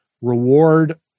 reward